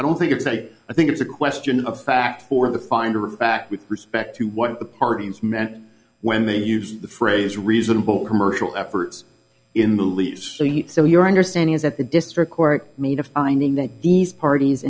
i don't think it's a i think it's a question of fact for the finder of fact with respect to what the parties meant when they used the phrase reasonable commercial efforts in the least so your understanding is that the district court made a finding that these parties